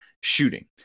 shooting